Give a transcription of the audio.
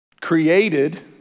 created